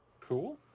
Cool